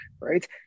right